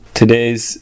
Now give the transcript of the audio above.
today's